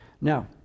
now